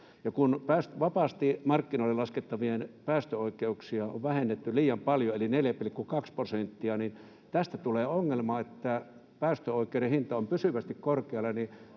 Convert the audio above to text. kun vapaasti markkinoille laskettavia päästöoikeuksia on vähennetty liian paljon eli 4,2 prosenttia, niin tästä tulee ongelma, että päästöoikeuden hinta on pysyvästi korkealla.